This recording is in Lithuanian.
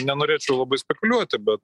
nenorėčiau labai spekuliuoti bet